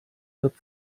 wird